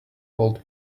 old